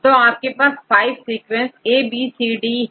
तो आपके पास 5 सीक्वेंस ABCDE है